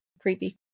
creepy